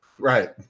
Right